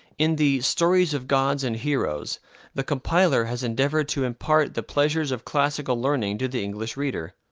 in the stories of gods and heroes the compiler has endeavored to impart the pleasures of classical learning to the english reader,